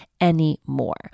anymore